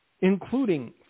including